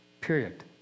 period